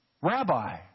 Rabbi